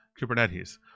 Kubernetes